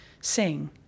sing